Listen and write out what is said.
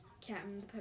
Captain